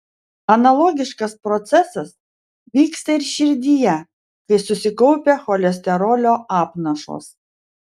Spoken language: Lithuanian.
analogiškas procesas vyksta ir širdyje kai susikaupia cholesterolio apnašos